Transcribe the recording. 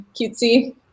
cutesy